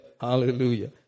hallelujah